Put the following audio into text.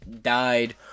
died